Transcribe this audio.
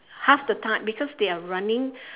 half the time because they are running